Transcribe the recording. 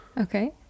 Okay